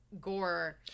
gore